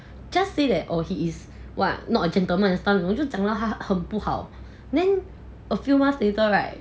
just say that oh he is not a gentleman and stuff 我就讲到他很不好 a few months later right